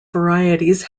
varieties